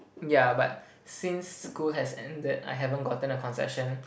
yeah but since school has ended I haven't gotten a concession